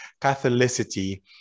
Catholicity